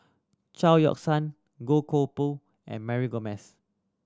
Chao Yoke San Goh Koh Pui and Mary Gomes